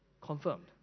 Confirmed